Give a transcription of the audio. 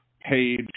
page